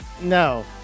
No